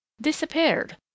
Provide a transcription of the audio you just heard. disappeared